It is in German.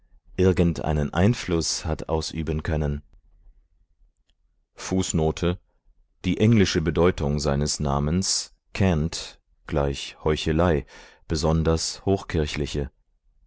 irgendeinen einfluß hat ausüben können die englische bedeutung seines namens cant heuchelei besonders